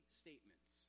statements